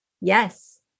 yes